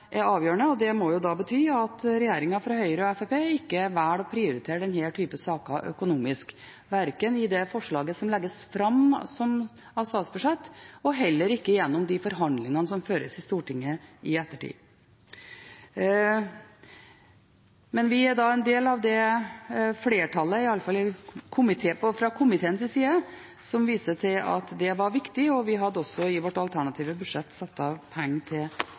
Det må da bety at regjeringen fra Høyre og Fremskrittspartiet ikke velger å prioritere denne typen saker økonomisk – verken i forslaget til statsbudsjett eller gjennom forhandlingene som føres i Stortinget i ettertid. Vi er i alle fall en del av det flertallet i komiteen som viser til at det er viktig, og vi hadde i vårt alternative budsjett satt av penger til